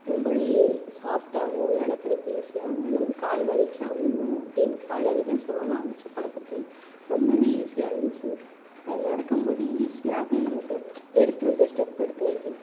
ரொம்பவே சாஃப்ட்டாகவும் நடக்கறதுக்கு ஈசியாகவும் நம்ம கால் வலிக்காமையும் அப்படின்னு பல விதம் சொல்லலாம் அந்த செப்பலை பற்றி ரொம்பவே ஈஸியாக இருந்துச்சு அது நடக்கம்போது ஈஸியாக நமக்கு எடுத்து வைக்க ஸ்டெப்பு எடுத்து வைக்க